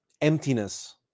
emptiness